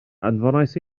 anfonais